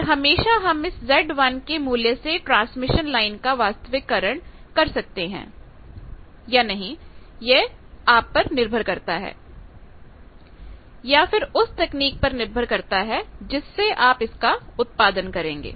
पर हमेशा हम इस Z1 के मूल्य से ट्रांसमिशन लाइन का वास्तविकरण कर सकते हैं या नहीं यह आप पर निर्भर करता है या फिर उस तकनीक पर निर्भर करता है जिससे आप इसका उत्पादन करेंगे